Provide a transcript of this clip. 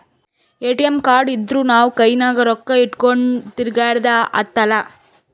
ATM card ಇದ್ದೂರ್ ನಾವು ಕೈನಾಗ್ ರೊಕ್ಕಾ ಇಟ್ಗೊಂಡ್ ತಿರ್ಗ್ಯಾಡದ್ ಹತ್ತಲಾ